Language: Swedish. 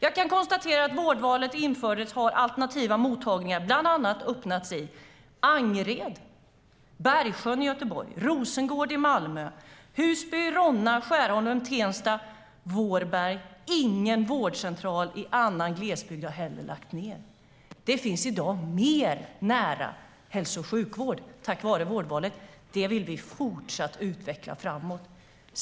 Jag kan konstatera att sedan vårdvalet infördes har alternativa mottagningar öppnats i bland annat Angered och Bergsjön i Göteborg, Rosengård i Malmö, Husby, Ronna, Skärholmen, Tensta och Vårberg. Ingen vårdcentral i glesbygd har lagts ned. Det finns i dag mer nära hälso och sjukvård tack vare vårdvalet. Det vill vi fortsätta att utveckla framåt.